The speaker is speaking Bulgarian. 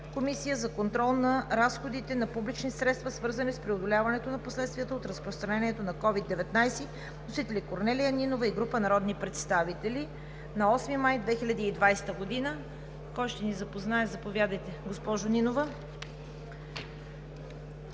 комисия за контрол на разходите на публични средства, свързани с преодоляването на последствията от разпространението на COVID-19. Вносители – Корнелия Нинова и група народни представители на 8 май 2020 г. 2. Първо гласуване на Законопроекти за